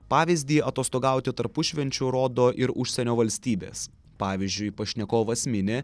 pavyzdį atostogauti tarpušvenčiu rodo ir užsienio valstybės pavyzdžiui pašnekovas mini